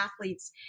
athletes